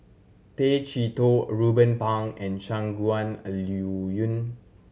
Tay Chee Toh Ruben Pang and Shangguan Liuyun